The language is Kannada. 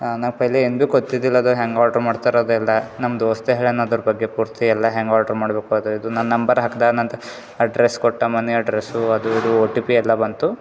ನಾವು ಪೆಹ್ಲೆ ಎಂದು ಗೊತ್ತಿದ್ದಿಲ್ಲ ಅದು ಹ್ಯಾಂಗೆ ಆರ್ಡ್ರು ಮಾಡ್ತಾರೆ ಅದು ಎಲ್ಲ ನಮ್ಮ ದೋಸ್ತ ಹೇಳ್ಯಾನ ಅದ್ರ ಬಗ್ಗೆ ಪೂರ್ತಿ ಎಲ್ಲ ಹ್ಯಾಂಗೆ ಆರ್ಡ್ರು ಮಾಡಬೇಕು ಅದು ಇದು ನನ್ನ ನಂಬರ್ ಹಾಕ್ದಾನಂತ ಅಡ್ರೆಸ್ ಕೊಟ್ಟ ಮನೆ ಅಡ್ರೆಸ್ಸು ಅದು ಇದು ಒ ಟಿ ಪಿ ಎಲ್ಲ ಬಂತು